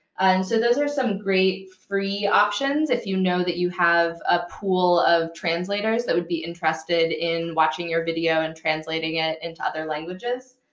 and so those are some great free options, if you know that you have a pool of translators that would be interested in watching your video and translating it into other languages.